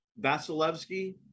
vasilevsky